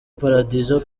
paradizo